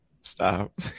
Stop